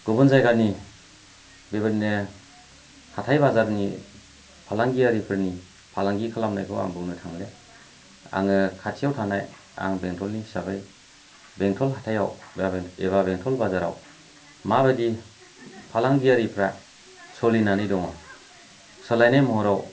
गुबुन जायगानि बेबायदिनो हाथाय बाजारनि फालांगियारिफोरनि फालांगि खालामनायखौ आं बुंनो थांले आङो खाथियाव थानाय आं बेंथलनि हिसाबै बेंथल हाथायाव एबा बेंथल बाजाराव माबायदि फालांगियारिफ्रा सोलिनानै दङ सोलायनाय महराव